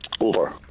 Over